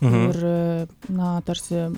ir na tarsi